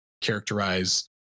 characterize